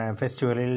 festival